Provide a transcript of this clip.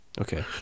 Okay